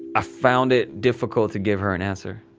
ah found it difficult to give her an answer.